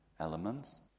elements